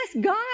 God